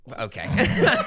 okay